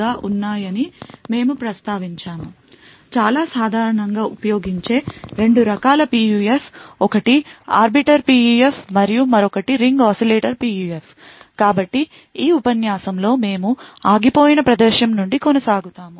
కూడా ఉన్నాయని మేము ప్రస్తావించాము చాలా సాధారణంగా ఉపయోగించే 2 రకాల PUF ఒకటి ఆర్బిటర్ PUF మరియు మరొకటి రింగ్ oscillator PUF కాబట్టి ఈ ఉపన్యాసంలో మేము ఆగిపోయిన ప్రదేశం నుండి కొనసాగుతాము